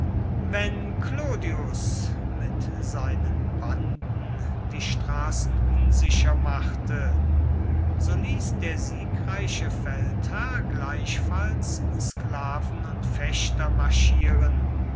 wenn clodius mit seinen banden die straßen unsicher machte so ließ der siegreiche feldherr gleichfalls sklaven und fechter marschieren